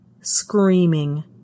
screaming